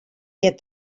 hjir